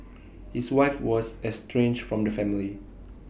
his wife was estranged from the family